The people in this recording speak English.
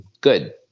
Good